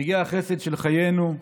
רגעי החסד של חיינו,